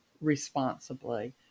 responsibly